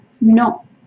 no